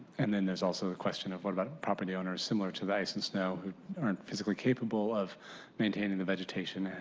and then there's also the question of, what about property owners similar to ice and snow who are physically capable of maintaining vegetation. and